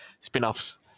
spin-offs